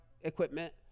equipment